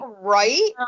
Right